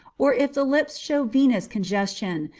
or if the lips show venous congestion,